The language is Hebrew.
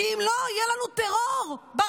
כי אם לא, יהיה לנו טרור ברמדאן.